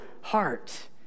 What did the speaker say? heart